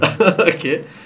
Okay